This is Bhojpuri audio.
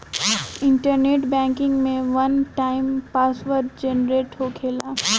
इंटरनेट बैंकिंग में वन टाइम पासवर्ड जेनरेट होखेला